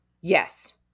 Yes